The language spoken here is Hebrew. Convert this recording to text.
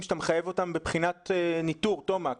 שאתם מחייב אותם בחינת ניטור תומקס.